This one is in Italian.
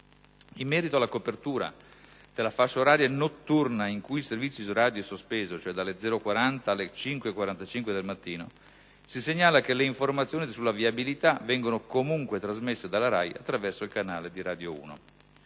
In merito alla copertura della fascia oraria notturna in cui il servizio Isoradio è sospeso (dalle ore 00,40 alle ore 5,45), si segnala che le informazioni sulla viabilità vengono comunque trasmesse dalla RAI attraverso il canale Radio